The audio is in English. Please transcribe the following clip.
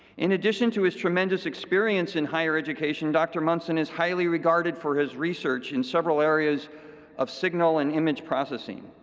in addition to his tremendous experience in higher education, dr. munson is highly regarded for his research in several areas of signal and image processing.